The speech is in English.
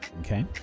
Okay